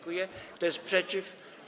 Kto jest przeciw?